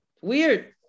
Weird